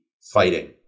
fighting